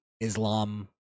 Islam